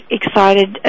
excited